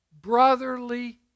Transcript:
brotherly